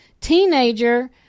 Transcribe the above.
teenager